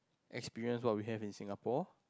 experience what we have in Singapore